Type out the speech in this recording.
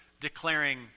declaring